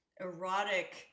erotic